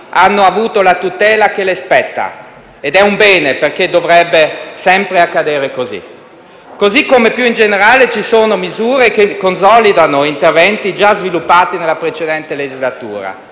hanno avuto la tutela che spetta loro; ed è un bene, perché dovrebbe sempre accadere così. Allo stesso modo, più in generale, ci sono misure che consolidano interventi già sviluppati nella precedente legislatura.